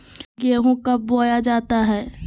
गेंहू कब बोया जाता हैं?